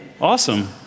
awesome